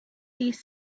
these